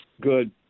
good